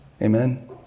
Amen